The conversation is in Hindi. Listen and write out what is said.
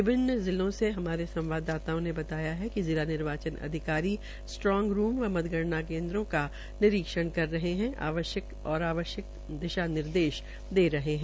विभिन्न जिलों से हमारे संवाददाता ने बताया कि जिला निर्वाचन अधिकारी स्ट्रांग रूम व मतगणना केन्द्रों का निरीक्षण कर रहे है व आवश्यक निर्देश दे रहे है